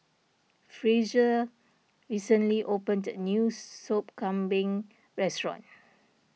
Frazier recently opened a new Sop Kambing restaurant